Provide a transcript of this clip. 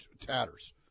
tatters